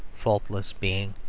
faultless being,